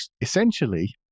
essentially